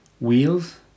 wheels